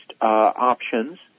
options